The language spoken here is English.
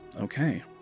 Okay